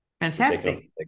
Fantastic